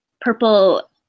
Purple